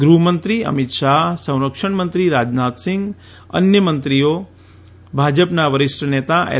ગૃહમંત્રી અમિત શાહ સંરક્ષણમંત્રી રાજનાથસિંઘ અન્ય મંત્રીઓ ભાજપના વરિષ્ઠનેતા એલ